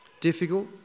Difficult